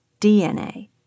DNA